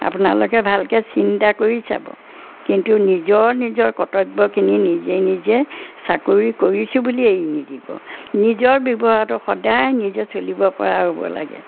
আপোনালোকে ভালকৈ চিন্তা কৰি চাব কিন্তু নিজৰ নিজৰ কৰ্তব্যখিনি নিজে নিজে চাকৰি কৰিছোঁ বুলি এৰি নিদিব নিজৰ ব্যৱহাৰটো সদায় নিজে চলিবপৰা হ'ব লাগে